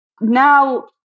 now